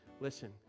Listen